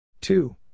two